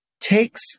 takes